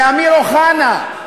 לאמיר אוחנה,